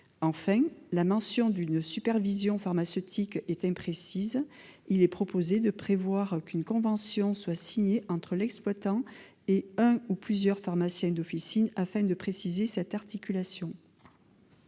Enfin, la mention d'une supervision pharmaceutique est imprécise. Il est proposé de prévoir qu'une convention soit signée entre l'exploitant et un ou plusieurs pharmaciens d'officine, afin de préciser cette articulation.